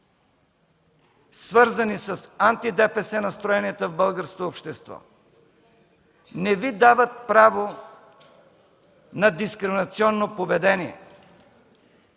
свързани с антидепесе настроенията в българското общество, не Ви дават право на дискриминационно поведение.